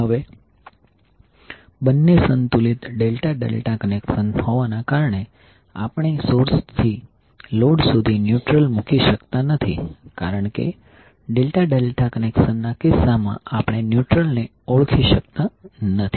હવે બંને સંતુલિત ડેલ્ટા ડેલ્ટા કનેક્શન હોવાના કારણે આપણે સોર્સથી લોડ સુધી ન્યુટ્રલ મૂકી શકતા નથી કારણ કે ડેલ્ટા ડેલ્ટા કનેક્શન ના કિસ્સામાં આપણે ન્યુટ્રલને ઓળખી શકતા નથી